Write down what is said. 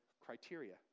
criteria